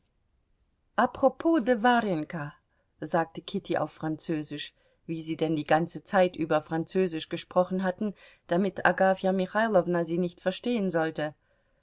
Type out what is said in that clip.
de warjenka sagte kitty auf französisch wie sie denn die ganze zeit über französisch gesprochen hatten damit agafja michailowna sie nicht verstehen sollte